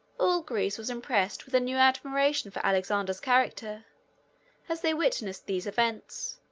all greece was impressed with a new admiration for alexander's character as they witnessed these events,